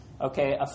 Okay